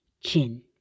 Chin